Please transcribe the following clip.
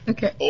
Okay